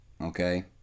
okay